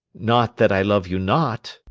not that i love you not.